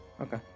Okay